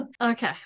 Okay